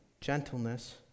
gentleness